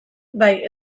bai